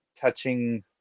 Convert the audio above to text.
touching